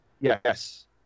Yes